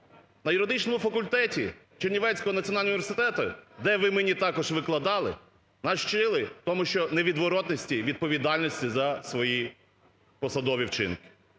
на юридичному факультеті Чернівецького національного університету, де ви мені також викладали, нас вчили тому, що невідворотності, відповідальності за свої посадові вчинки,